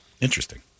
Interesting